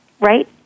right